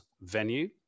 venue